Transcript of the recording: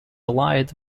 allied